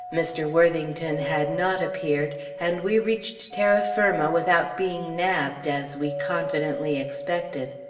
mr. worthington had not appeared, and we reached terra firma without being nabbed, as we confidently expected.